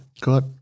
Good